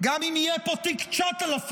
גם אם יהיה פה תיק 9,000,